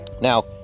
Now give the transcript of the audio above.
now